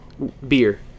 Beer